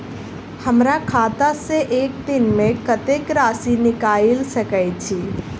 हमरा खाता सऽ एक दिन मे कतेक राशि निकाइल सकै छी